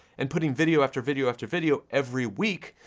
and putting video, after video, after video, every week,